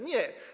Nie.